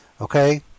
okay